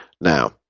Now